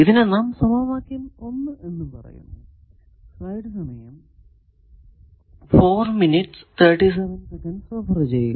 ഇതിനെ നാം സമവാക്യം 1 എന്ന് പറയുന്നു